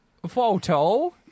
Photo